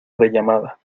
rellamada